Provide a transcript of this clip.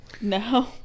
No